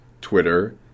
Twitter